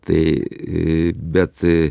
tai bet